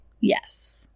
yes